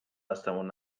دستمون